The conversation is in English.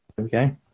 okay